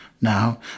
now